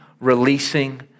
releasing